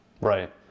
Right